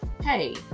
hey